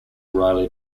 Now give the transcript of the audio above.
riley